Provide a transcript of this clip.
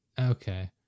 Okay